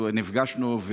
נפגשנו,